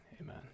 amen